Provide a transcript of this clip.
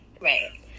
right